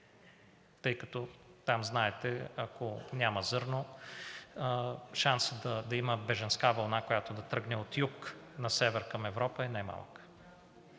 тъй като знаете, ако там няма зърно, шансът да има бежанска вълна, която да тръгне от юг на север към Европа, е немалък.